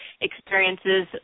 experiences